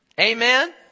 amen